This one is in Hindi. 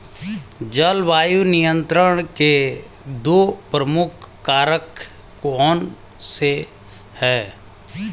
जलवायु नियंत्रण के दो प्रमुख कारक कौन से हैं?